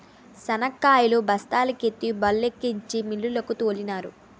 శనక్కాయలు బస్తాల కెత్తి బల్లుకెత్తించి మిల్లుకు తోలినారు